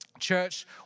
Church